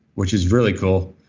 which is really cool.